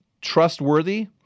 trustworthy